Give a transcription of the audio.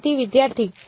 વિદ્યાર્થી તે